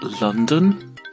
London